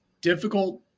difficult